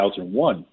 2001